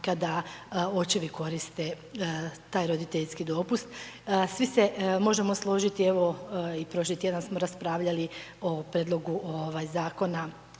kada očevi koriste taj roditeljski dopust, svi se možemo složiti, evo i prošli tjedan smo raspravljali o Prijedlogu ovaj